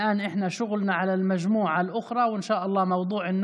ובעזרת השם נגיע בעניין הנגב